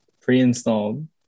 pre-installed